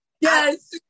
Yes